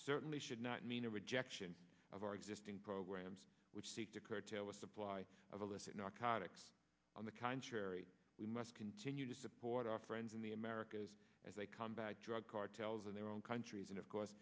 certainly should not mean a rejection of our existing programs which seek to curtail the supply of illicit narcotics on the contrary we must continue to support our friends in the americas as they come back drug cartels in their own countries and of course